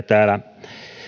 täällä viidennen pykälän